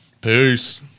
Peace